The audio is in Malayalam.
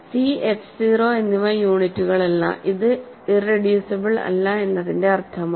സി എഫ് 0 എന്നിവ യൂണിറ്റുകളല്ല അത് ഇറെഡ്യൂസിബിൾ അല്ല എന്നതിന്റെ അർത്ഥമാണ്